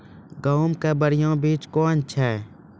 गेहूँ के बढ़िया बीज कौन छ?